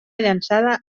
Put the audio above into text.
llançada